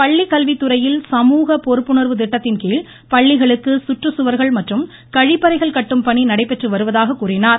பள்ளிக்கல்வித் துறையில் சமூக பொறுப்புணர்வு திட்டத்தின்கீழ் பள்ளிகளுக்கு சுற்றுச்சுவர்கள் மற்றும் கழிப்பறைகள் கட்டும் பணி நடைபெற்று வருவதாக கூறினார்